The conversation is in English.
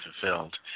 fulfilled